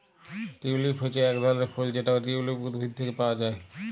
tulip হচ্যে এক ধরলের ফুল যেটা টিউলিপ উদ্ভিদ থেক্যে পাওয়া হ্যয়